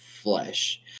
flesh